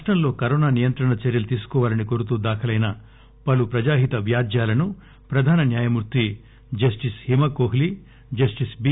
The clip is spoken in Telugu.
రాష్టంలో కరోనా నియంత్రణ చర్యలు తీసుకోవాలని కోరుతూ దాఖలైన పలు ప్రజాహిత వ్యాజ్యాలను ప్రధాన న్యాయమూర్తి జస్టిస్ హిమకోహ్లీ జస్టిస్ బి